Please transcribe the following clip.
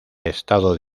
estado